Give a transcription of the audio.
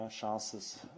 chances